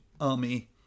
Army